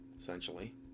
essentially